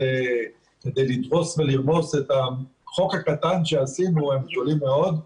כדי לרמוס את החוק הקטן שעשינו הם שונים מאוד.